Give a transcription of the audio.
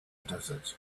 desert